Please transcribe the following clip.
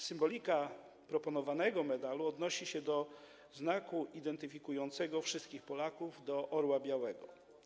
Symbolika proponowanego medalu odnosi się do znaku identyfikującego wszystkich Polaków - do orła białego.